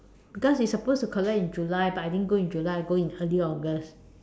because it's supposed to collect in July but I didn't go in July I go in early August